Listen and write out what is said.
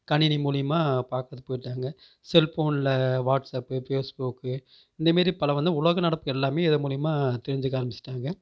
கணினி மூலிமா பார்க்குறது போய்விட்டாங்க செல் போனில் வாட்ஸ்அப்பு பேஸ் புக்கு இந்தமாரி பல வந்து உலக நடப்பு எல்லாமே இது மூலிமா தெரிஞ்சுக்க ஆரம்பிச்சுட்டாங்க